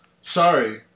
Sorry